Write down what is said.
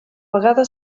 vegada